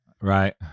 Right